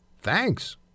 Thanks